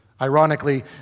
Ironically